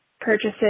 purchases